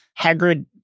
Hagrid